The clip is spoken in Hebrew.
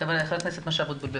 חבר הכנסת משה אבוטבול,